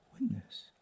witness